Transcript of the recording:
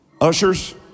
Ushers